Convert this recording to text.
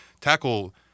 Tackle